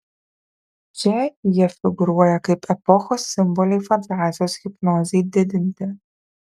čia jie figūruoja kaip epochos simboliai fantazijos hipnozei didinti